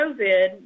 COVID